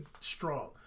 strong